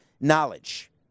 knowledge